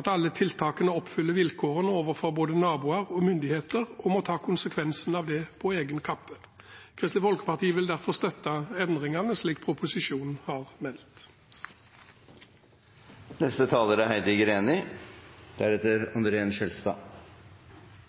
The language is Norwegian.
at alle tiltakene oppfyller vilkårene overfor både naboer og myndigheter, og må ta konsekvensene av det på egen kappe. Kristelig Folkeparti vil derfor støtte endringene slik proposisjonen har